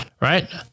right